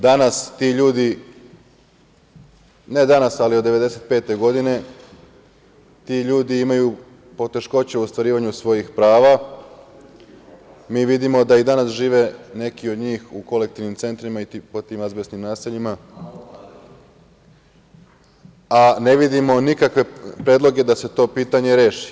Danas ti ljudi, ne danas ali od 1995. godine, imaju poteškoća u ostvarivanju svojih prava, Mi vidimo da i danas žive neki od njih u kolektivnim centrima i po tim azbestnim naseljima, a ne vidimo nikakve predloge da se to pitanje reši.